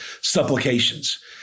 supplications